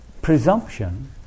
Presumption